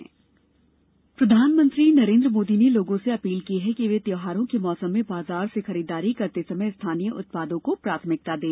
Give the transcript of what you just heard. मन की बात प्रधानमंत्री नरेन्द्र मोदी ने लोगों से अपील की है कि वे त्यौहारों के मौसम में बाजार से खरीददारी करते समय स्थानीय उत्पादों को प्राथमिकता दें